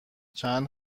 چند